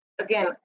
again